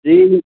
جی